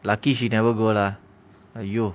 lucky she never go lah !aiyo!